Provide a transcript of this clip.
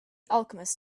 alchemist